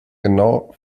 genau